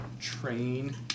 train